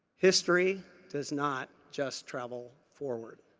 history does not just travel forward.